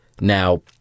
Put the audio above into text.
Now